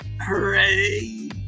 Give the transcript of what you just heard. Hooray